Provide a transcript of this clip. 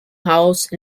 house